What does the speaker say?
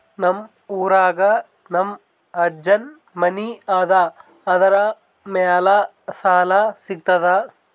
ನಮ್ ಊರಾಗ ನಮ್ ಅಜ್ಜನ್ ಮನಿ ಅದ, ಅದರ ಮ್ಯಾಲ ಸಾಲಾ ಸಿಗ್ತದ?